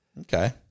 Okay